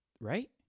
right